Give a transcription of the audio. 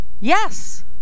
Yes